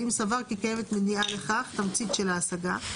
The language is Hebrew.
ואם סבר כי קיימת מניעה לכך - תמצית של ההשגה,